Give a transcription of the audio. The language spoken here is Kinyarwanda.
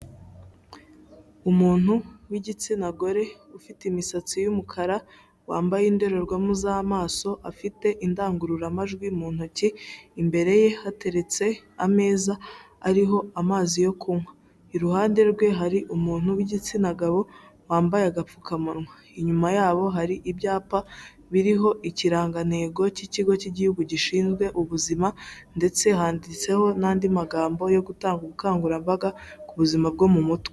Umuntu w'igitsina gore, ufite imisatsi y'umukara, wambaye indorerwamo z'amaso, afite indangururamajwi mu ntoki, imbere ye hateretse ameza ariho amazi yo kunywa, iruhande rwe hari umuntu w'igitsina gabo, wambaye agapfukamunwa inyuma yabo hari ibyapa biriho ikirangantego cy'ikigo cy'igihugu gishinzwe ubuzima, ndetse handitseho n'andi magambo yo gutanga ubukangurambaga, ku buzima bwo mu mutwe.